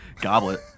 Goblet